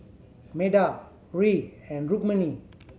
Medha Hri and Rukmini